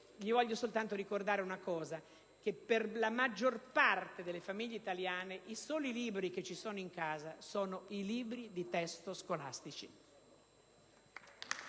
gli voglio ricordare che per la maggior parte delle famiglie italiane i soli libri presenti in casa sono i libri di testo scolastici.